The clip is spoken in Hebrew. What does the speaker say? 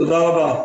תודה רבה.